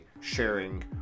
sharing